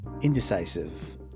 indecisive